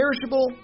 perishable